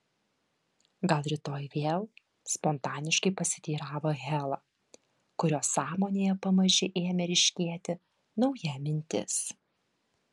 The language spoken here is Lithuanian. gal rytoj vėl spontaniškai pasiteiravo hela kurios sąmonėje pamaži ėmė ryškėti nauja mintis